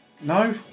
no